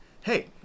Hey